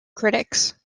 critics